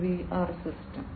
ഒരു VR system